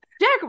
Jack